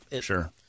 Sure